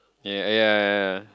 yeah yeah yeah